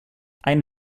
ein